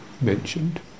mentioned